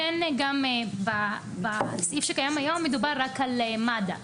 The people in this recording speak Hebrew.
גם בסעיף שקיים היום מדובר רק על מד"א,